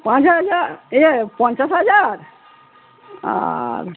পাঁচ হাজার ইয়ে পঞ্চাশ হাজার আর